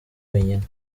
wenyine